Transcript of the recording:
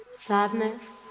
sadness